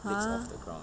!huh!